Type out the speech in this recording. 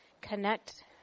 connect